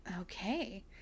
okay